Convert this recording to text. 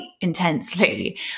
intensely